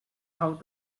how